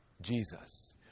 Jesus